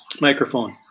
microphone